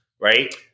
right